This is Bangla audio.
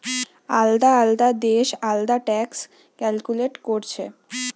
আলদা আলদা দেশ আলদা ট্যাক্স ক্যালকুলেট কোরছে